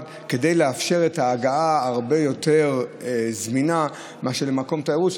ולכן תתאפשר הגעה הרבה יותר זמינה מאשר למקום תיירות,